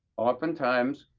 oftentimes,